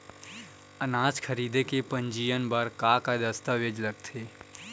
अनाज खरीदे के पंजीयन बर का का दस्तावेज लगथे?